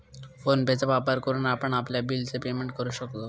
phone पे चा वापर करून आपण आपल्या बिल च पेमेंट करू शकतो